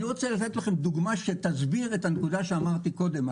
אני רוצה לתת לכם דוגמה שתסביר את הנקודה שאמרתי קודם,